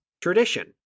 tradition